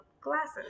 glasses